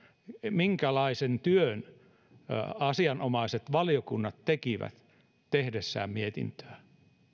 minkälaisen työn asianomaiset valiokunnat tekivät tehdessään mietintöä